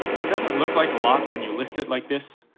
it doesn't look like a lot when you list it like this,